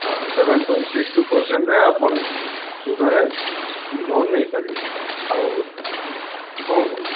ହଁ seven point six two percent ରେ ଆପଣ ଶୁଦ୍ଧରେ ଲୋନ ନେଇ ପାରିବେ ଆଉ ଶୁଣ୍